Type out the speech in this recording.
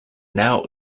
now